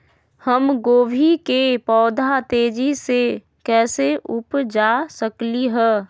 हम गोभी के पौधा तेजी से कैसे उपजा सकली ह?